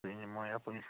بیٚیہِ نِمَو یَپٲرۍ